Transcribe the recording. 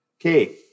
Okay